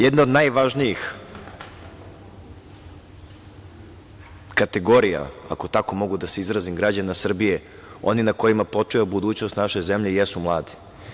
Jedna od najvažnijih kategorija, ako tako mogu da se izrazim, građana Srbije su oni na kojima počiva budućnost naše zemlje, mladi.